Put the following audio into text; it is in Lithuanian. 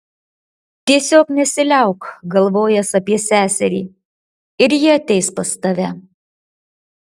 tiesiog nesiliauk galvojęs apie seserį ir ji ateis pas tave